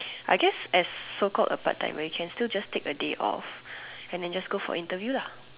I guess as so called a part timer you can still just take a day off and just go for interview lah